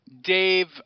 Dave